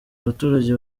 abaturage